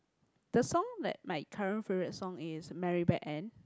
the song like my current favourite song is Mary black and